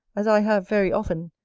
as i have very often,